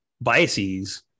biases